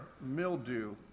mildew